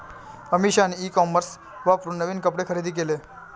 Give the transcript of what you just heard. अमिषाने e commerce वापरून नवीन कपडे खरेदी केले